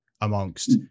amongst